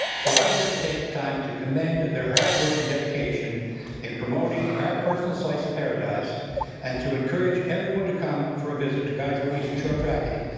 so i would like to take the time to commend their hard work and dedication in promoting our personal slice of paradise and to encourage everyone to come for a visit to guysborough eastern shore tracadie.